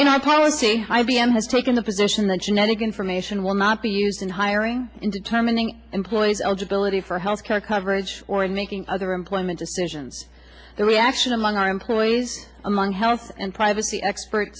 in our party i b m has taken the position that genetic information will not be used in hiring in determining employees eligibility for health care coverage or in making other employment decisions the reaction among our employees among health and privacy expert